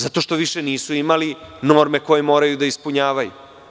Zato što više nisu imali norme koje moraju da ispunjavaju.